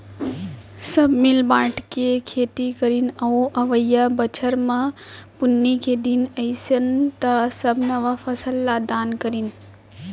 सब मिल बांट के खेती करीन अउ अवइया बछर म पुन्नी के दिन अइस त सब नवा फसल ल दान करिन